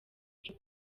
cyo